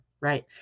right